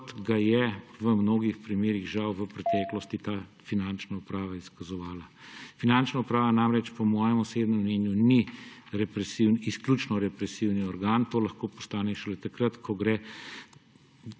kot ga je v mnogo primerih žal v preteklosti ta finančna uprava izkazovala. Finančna uprava namreč po mojem osebnem mnenju ni represiven, izključno represiven organ. To lahko postane šele takrat, ko gre